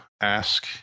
ask